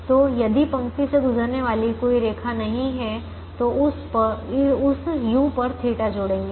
तो यदि पंक्ति से गुजरने वाली कोई रेखा नहीं है तो उस u पर थीटा जोड़ेंगे